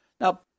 now